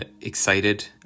excited